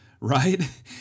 right